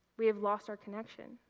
we have lost our connection.